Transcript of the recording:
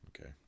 okay